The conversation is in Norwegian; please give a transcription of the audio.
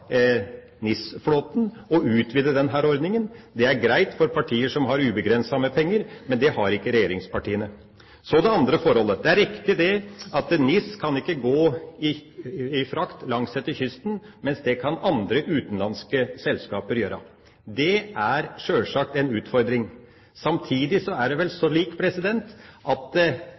NIS-flåten og utvide denne ordninga. Det er greit for partier som har ubegrenset med penger, men det har ikke regjeringspartiene. Så til det andre forholdet. Det er riktig at NIS ikke kan gå i frakt langsetter kysten, mens det kan andre utenlandske selskaper gjøre. Det er sjølsagt en utfordring. Samtidig er det vel slik at de som er i NOR-flåten – fraktefartøyene i NOR-flåten – ønsker å ha dagens regime, for det